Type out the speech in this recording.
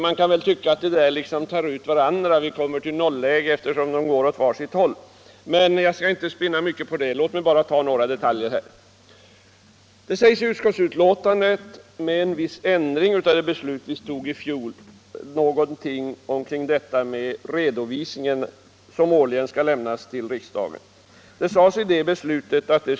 Man kan väl tycka att de tar ut varandra, att vi kommer till ett nolläge eftersom de går åt var sitt håll, men jag skall inte spinna på det temat utan i stället ta upp några detaljer. Vad utskottet säger om den redovisning som årligen skall lämnas till riksdagen innebär en viss ändring av det beslut vi tog i fjol.